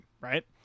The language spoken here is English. Right